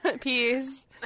peace